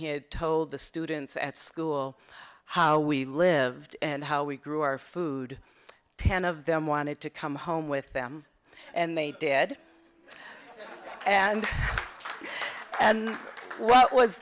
he had told the students at school we lived and how we grew our food ten of them wanted to come home with them and they did and and w